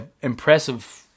impressive